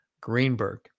Greenberg